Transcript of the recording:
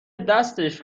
دستش